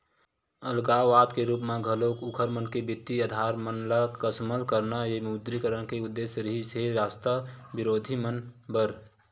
अलगाववाद के रुप म घलो उँखर मन के बित्तीय अधार मन ल कमसल करना ये विमुद्रीकरन के उद्देश्य रिहिस हे रास्ट बिरोधी मन बर